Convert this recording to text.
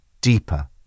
deeper